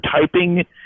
typing